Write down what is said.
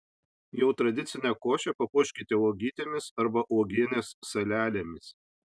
jau tradicinę košę papuoškite uogytėmis arba uogienės salelėmis